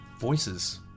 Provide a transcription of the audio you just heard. Voices